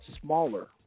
smaller